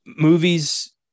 Movies